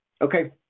Okay